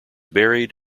buried